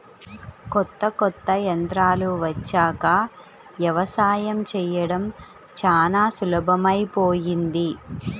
కొత్త కొత్త యంత్రాలు వచ్చాక యవసాయం చేయడం చానా సులభమైపొయ్యింది